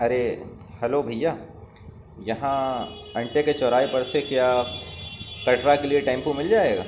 ارے hello بھیا یہاں انٹے کے چوراہے پر سے کیا کٹرا کے لیے ٹیمپو مل جائے گا